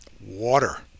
water